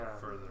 further